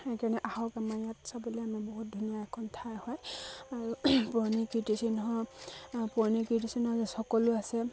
সেইকাৰণে আহক আমাৰ ইয়াত চাবলৈ আমাৰ বহুত ধুনীয়া এখন ঠাই হয় আৰু পুৰণি কীৰ্তিচিহ্ন পুৰণি কীৰ্তিচিহ্ন যে সকলো আছে